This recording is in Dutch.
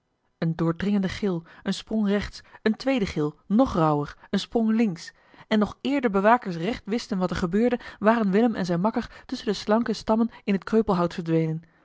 een doordringende gil een sprong rechts een tweede gil nog rauwer een sprong links en nog eer de bewakers recht wisten wat er gebeurde waren willem en zijn makker tusschen de slanke stammen in het kreupelhout verdwenen